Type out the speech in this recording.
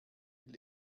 will